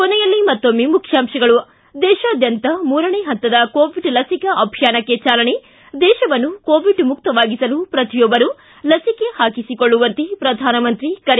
ಕೊನೆಯಲ್ಲಿ ಮತ್ತೊಮ್ಮೆ ಮುಖ್ಯಾಂಶಗಳು ಿ ದೇಶಾದ್ಯಂತ ಮೂರನೇ ಹಂತದ ಕೋವಿಡ್ ಲಸಿಕಾ ಅಭಿಯಾನಕ್ಕೆ ಚಾಲನೆ ದೇಶವನ್ನು ಕೋವಿಡ್ ಮುಕ್ತವಾಗಿಸಲು ಪ್ರತಿಯೊಬ್ಬರೂ ಲಸಿಕೆ ಹಾಕಿಸಿಕೊಳ್ಳುವಂತೆ ಪ್ರಧಾನಮಂತ್ರಿ ಕರೆ